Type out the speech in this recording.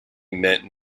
meant